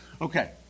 Okay